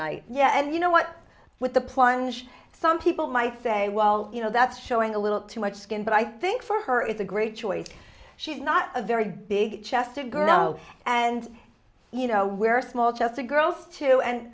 night yeah and you know what with the plunge some people might say well you know that's showing a little too much skin but i think for her is a great choice she's not a very big chest a girl no and you know where small just the girls to and